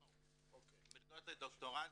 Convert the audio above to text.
מלגות לדוקטורנטים,